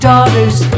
Daughters